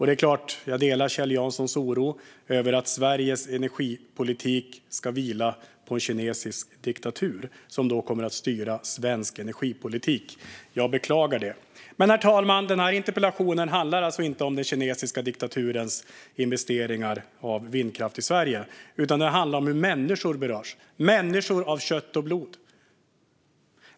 Det är klart att jag delar Kjell Janssons oro över att Sveriges energipolitik ska vila på en kinesisk diktatur som då kommer att styra svensk energipolitik. Jag beklagar detta. Herr talman! Den här interpellationen handlar alltså inte om den kinesiska diktaturens investeringar i vindkraft i Sverige, utan den handlar om hur människor berörs - människor av kött och blod.